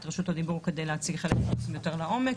את רשות הדיבור כדי להציג חלק מהנושאים יותר לעומק,